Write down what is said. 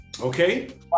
Okay